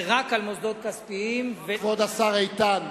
זה רק על מוסדות כספיים, כבוד השר איתן.